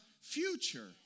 future